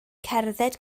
cerdded